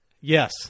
Yes